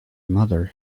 mother